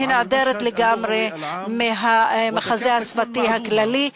היא נעדרת לגמרי מהמחזה השפתי הכללי,